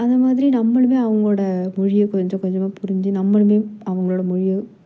அது மாதிரி நம்மளுமே அவங்களோட மொழியை கொஞ்ச கொஞ்சமாக புரிஞ்சு நம்மளுமே அவங்களோட மொழியை